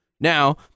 Now